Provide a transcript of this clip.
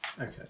Okay